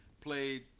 played